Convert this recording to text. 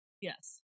Yes